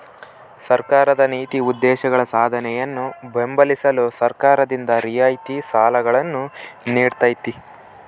ಸರ್ಕಾರದ ನೀತಿ ಉದ್ದೇಶಗಳ ಸಾಧನೆಯನ್ನು ಬೆಂಬಲಿಸಲು ಸರ್ಕಾರದಿಂದ ರಿಯಾಯಿತಿ ಸಾಲಗಳನ್ನು ನೀಡ್ತೈತಿ